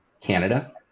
Canada